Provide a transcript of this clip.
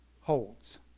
holds